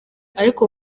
ariko